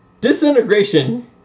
disintegration